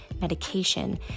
medication